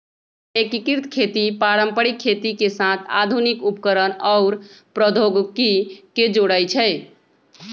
एकीकृत खेती पारंपरिक खेती के साथ आधुनिक उपकरणअउर प्रौधोगोकी के जोरई छई